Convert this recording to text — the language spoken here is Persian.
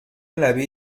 لبه